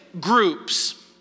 groups